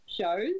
shows